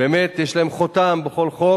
ובאמת יש להם חותם בכל חוק,